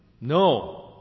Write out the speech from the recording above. no